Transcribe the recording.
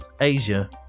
Asia